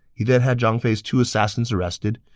he then had zhang fei's two assassins arrested,